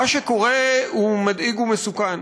מה שקורה הוא מדאיג ומסוכן.